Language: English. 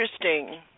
interesting